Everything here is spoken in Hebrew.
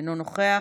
אינו נוכח,